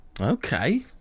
Okay